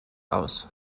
aus